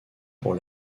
pour